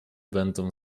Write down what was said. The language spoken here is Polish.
będą